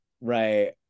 Right